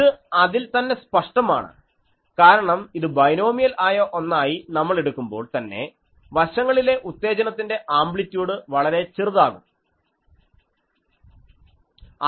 ഇത് അതിൽ തന്നെ സ്പഷ്ടമാണ് കാരണം ഇത് ബൈനോമിയൽ ആയ ഒന്നായി നമ്മൾ എടുക്കുമ്പോൾ തന്നെ വശങ്ങളിലെ ഉത്തേജനത്തിന്റെ ആംബ്ലിറ്റ്യൂഡ് വളരെ ചെറുതാകും